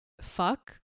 fuck